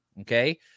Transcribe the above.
Okay